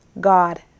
God